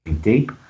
deep